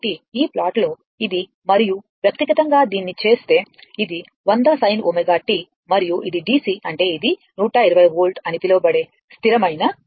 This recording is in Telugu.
ఈ ప్లాట్లు ఇది మరియు వ్యక్తిగతంగా దీనిని చేస్తే ఇది 100 sin ω t మరియు ఇది DC అంటే ఇది 120 వోల్ట్ అని పిలువబడే స్థిరమైన రేఖ